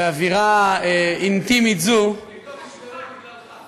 באווירה אינטימית זו, האורות כבו בגללך.